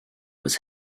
was